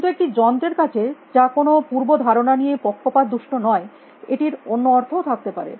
কিন্তু একটি যন্ত্র এর কাছে যা কোনো পূর্ব ধারণা নিয়ে পক্ষপাত দুষ্ট নয় এটির অন্য অর্থও থাকতে পারে